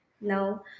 no